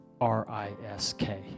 R-I-S-K